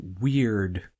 weird